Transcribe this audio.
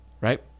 right